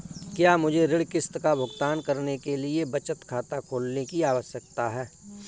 क्या मुझे ऋण किश्त का भुगतान करने के लिए बचत खाता खोलने की आवश्यकता है?